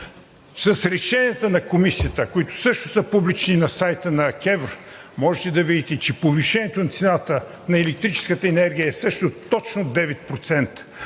С решенията на Комисията, които също са публични на сайта на КЕВР, можете да видите, че повишението на цената на електрическата енергия е също точно 9%,